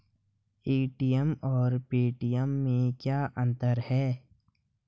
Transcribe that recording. ATM और Paytm में क्या अंतर है?